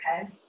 okay